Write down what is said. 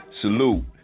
Salute